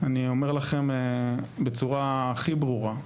אני אומר לכם בצורה הכי ברורה: